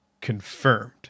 confirmed